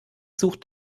sucht